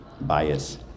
bias